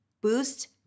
boost